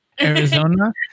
Arizona